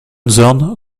zorn